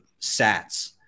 sats